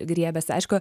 griebiasi aišku